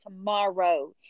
tomorrow